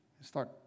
Start